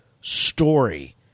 story